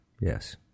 Yes